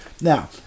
Now